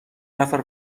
نفر